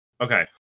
Okay